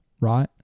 right